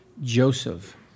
Joseph